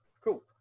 cool